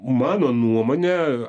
mano nuomone